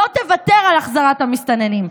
לא תוותר על החזרת המסתננים.